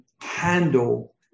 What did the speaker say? handle